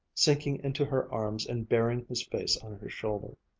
sinking into her arms and burying his face on her shoulder.